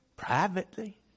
Privately